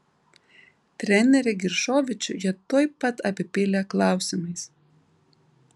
trenerį giršovičių jie tuoj pat apipylė klausimais